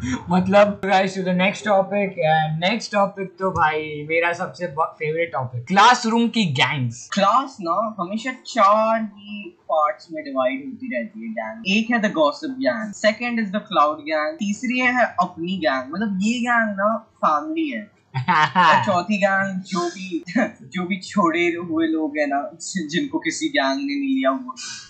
मतलब, guys, to the next topic, and next topic तो भाई, मेरा सबसे ब- favorite topic, classroom की gangs। Class ना, हमेशा चार ही parts में divide होती रहती है gang। एक है the gossip gang, second is the cloud gang, तीसरी है अपनी gang। मतलब ये gang ना, family है। और चौथी gang, जो भी- जो भी छोड़े हुए लोग हैं ना, जिनको किसी gang ने नहीं लिया हुआ।